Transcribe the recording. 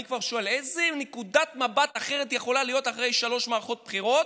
אני כבר שואל איזו נקודת מבט אחרת יכולה להיות אחרי שלוש מערכות בחירות,